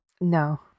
no